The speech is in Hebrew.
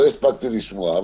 לא הספקתי לשמוע.